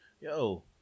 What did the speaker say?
yo